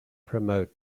promote